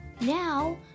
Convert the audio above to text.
Now